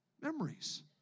memories